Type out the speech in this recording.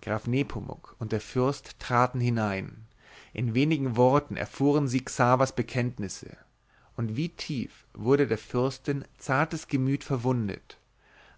graf nepomuk und der fürst traten hinein in wenigen worten erfuhren sie xavers bekenntnisse und wie tief wurde der fürstin zartes gemüt verwundet